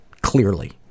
clearly